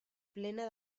plena